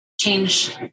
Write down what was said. change